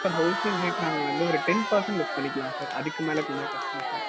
sir wholesale rate நாங்கள் வந்து ஒரு டென் பர்சன்ட் லெஸ் பண்ணிக்கலாம் சார் அதுக்கு மேலே கொஞ்சம் கஷ்டம் சார்